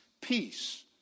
peace